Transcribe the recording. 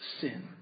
sin